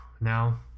now